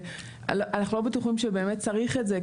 אנחנו לא בטוחים שבאמת צריך את זה,